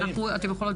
אתן יכולות